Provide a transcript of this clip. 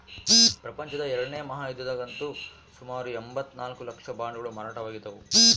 ಪ್ರಪಂಚದ ಎರಡನೇ ಮಹಾಯುದ್ಧದಗಂತೂ ಸುಮಾರು ಎಂಭತ್ತ ನಾಲ್ಕು ಲಕ್ಷ ಬಾಂಡುಗಳು ಮಾರಾಟವಾಗಿದ್ದವು